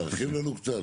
אתה רוצה להרחיב לנו קצת?